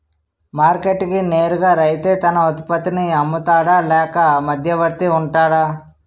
Market కి నేరుగా రైతే తన ఉత్పత్తి నీ అమ్ముతాడ లేక మధ్యవర్తి వుంటాడా?